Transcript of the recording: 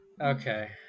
Okay